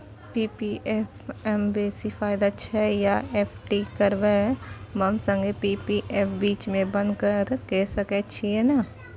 P P F म बेसी फायदा छै या एफ.डी करबै म संगे पी.पी एफ बीच म बन्द के सके छियै न?